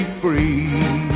free